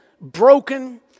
broken